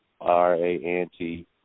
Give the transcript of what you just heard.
R-A-N-T